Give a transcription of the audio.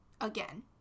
again